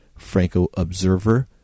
FrancoObserver